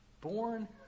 born